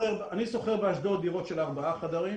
אני שוכר באשדוד דירות של 4 חדרים